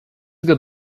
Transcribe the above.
got